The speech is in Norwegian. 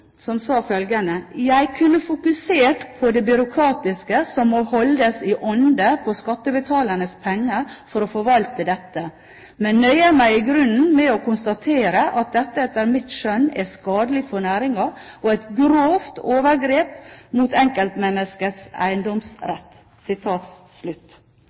Moe sa følgende: «Jeg kunne fokusert på det byråkratiet som må holdes i ånde på skattebetalernes penger for å forvalte dette, men nøyer meg igrunnen med å konstatere at dette etter mitt skjønn er skadelig for næringa og et grovt overgrep mot enkeltmenneskets